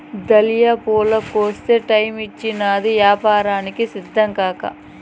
dahlia పూల కోసే టైమొచ్చినాది, యాపారానికి సిద్ధంకా